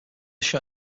shot